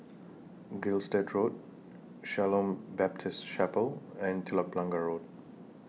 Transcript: Gilstead Road Shalom Baptist Chapel and Telok Blangah Road